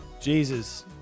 Jesus